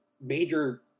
major